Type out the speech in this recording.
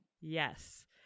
Yes